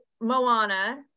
Moana